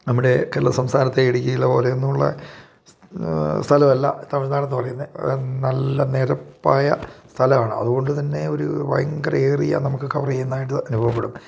നമ്മുടെ കേരള സംസ്ഥാനത്തെ ഇടുക്കിയിലെ പോലെ എന്നുള്ള സ്ഥലമല്ല തമിഴ്നാട്ന്ന് പറയുന്നത് നല്ല നിരപ്പായ സ്ഥലമാണ് അതുകൊണ്ട് തന്നെ ഒരു ഭയങ്കര ഏറിയ നമുക്ക് കവർ ചെയ്യുന്നതായിട്ട് അനുഭവപ്പെടും